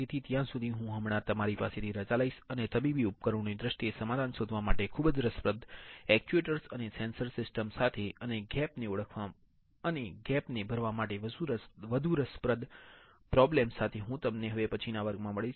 તેથી ત્યાં સુધી હું હમણાં તમારી પાસેથી રજા લઈશ અને તબીબી ઉપકરણોની દ્રષ્ટિએ સમાધાન શોધવા માટે ખુબ જ રસપ્રદ અક્ચુએટર અને સેન્સર સિસ્ટમ સાથે અને ગેપ ને ઓળખવા અને ગેપ ને ભરવા માટે વધુ રસપ્રદ પ્રોબ્લેમ સાથે હું તમને હવે પછીના વર્ગમાં મળીશ